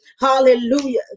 Hallelujah